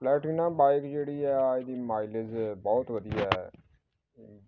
Platina bike ਜਿਹੜੀ ਆ ਇਹਦੀ ਮਾਈਲੇਜ ਬਹੁਤ ਵਧੀਆ